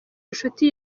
inshuti